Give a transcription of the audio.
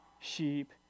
sheep